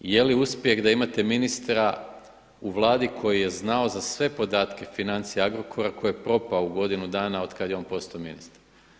Je li uspjeh da imate ministra u Vladi koji je znao za sve podatke, financija Agrokora koji je propao u godinu dana otkada je on postao ministar?